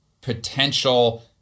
potential